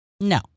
No